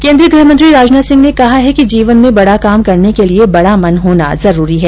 केन्द्रीय गृह मंत्री राजनाथ सिंह ने कहा है कि जीवन में बड़ा काम करने के लिए बड़ा मन होना जरूरी है